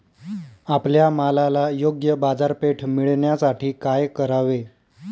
आपल्या मालाला योग्य बाजारपेठ मिळण्यासाठी काय करावे?